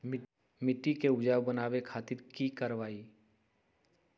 मिट्टी के उपजाऊ बनावे खातिर की करवाई?